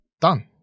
Done